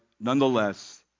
nonetheless